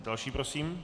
Další prosím.